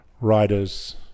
writers